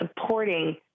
supporting